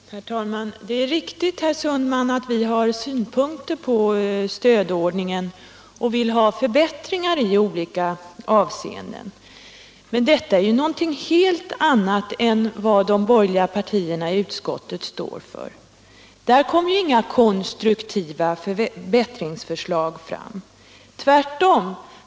Herr talman! Det är riktigt, herr Sundman, att vi har synpunkter på stödordningen och vill ha förbättringar i olika avseenden. Men detta är ju någonting helt annat än vad de borgerliga partierna i utskottet står för. Där kom inga instruktiva förbättringsförslag fram. Tvärtom!